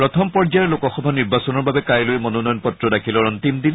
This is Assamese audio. প্ৰথম পৰ্যায়ৰ লোকসভা নিৰ্বাচনৰ বাবে কাইলৈ মনোনয়ন পত্ৰ দাখিলৰ অন্তিম দিন